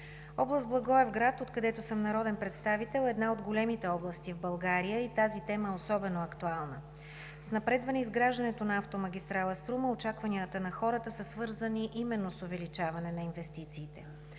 Област Благоевград, откъдето съм народен представител, е една от големите области в България и тази тема е особено актуална. С напредване изграждането на автомагистрала „Струма“ очакванията на хората са свързани именно с увеличаване на инвестициите.